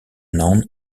known